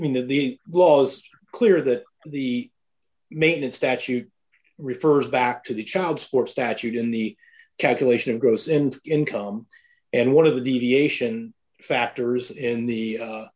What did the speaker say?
to mean that the laws clear that the main statute refers back to the child support statute in the calculation of gross and income and one of the deviation factors in the